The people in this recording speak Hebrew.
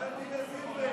אולי על דינה זילבר?